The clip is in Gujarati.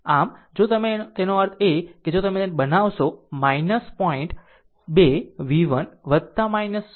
આમ જો તમે તેનો અર્થ એ કે જો તમે તેને બનાવશો પોઇન્ટ 2 v1 0